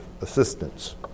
assistance